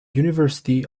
university